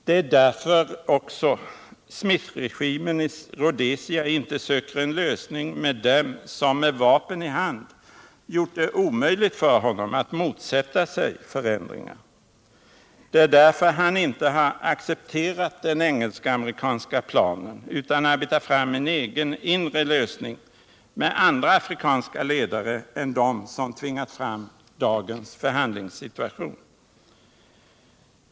Det är också därför Smithregimen i Rhodesia inte söker en lösning med dem, som med vapen i hand gjort det omöjligt för honom att motsätta sig förändringar. Det är därför han inte har accepterat den engelsk-amerikanska planen, utan arbetat fram en egen ”inre lösning” med andra afrikanska ledare än de som tvingat fram dagens förhandlingssituation.